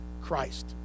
Christ